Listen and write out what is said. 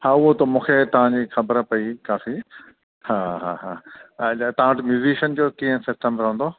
हा उहा त मूंखे तव्हांजी ख़बर पेई काफ़ी हा हा अच्छा तव्हां वटि म्यूजिशियन जो कीअं सॾु कंदो रहंदो